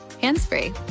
hands-free